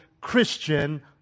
Christian